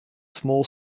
small